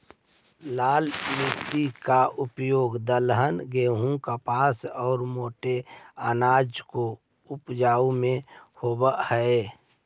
लाल मिट्टी का उपयोग दलहन, गेहूं, कपास और मोटे अनाज को उपजावे में होवअ हई